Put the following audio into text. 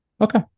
Okay